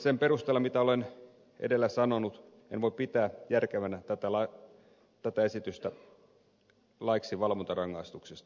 sen perusteella mitä olen edellä sanonut en voi pitää järkevänä tätä esitystä laiksi valvontarangaistuksista